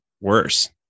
worse